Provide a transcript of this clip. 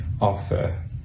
offer